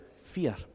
fear